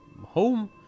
home